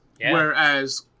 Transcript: Whereas